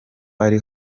ari